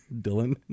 Dylan